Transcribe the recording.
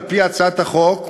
על-פי הצעת החוק,